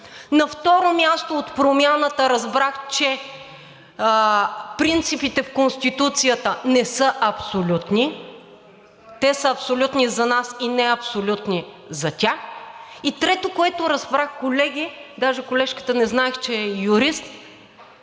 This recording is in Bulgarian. На второ място, от Промяната разбрах, че принципите в Конституцията не са абсолютни. Те са абсолютни за нас, но неабсолютни – за тях. И трето, което разбрах, колеги, даже колежката не знаех, че е юрист,